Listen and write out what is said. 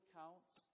counts